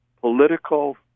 political